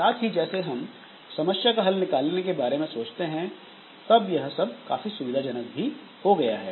साथ ही जैसे हम समस्या का हल निकालने के बारे में सोचते हैं यह सब काफी सुविधाजनक भी हो गया है